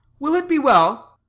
will it be well?